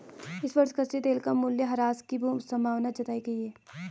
इस वर्ष कच्चे तेल का मूल्यह्रास की संभावना जताई गयी है